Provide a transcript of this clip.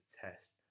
test